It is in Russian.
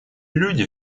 люди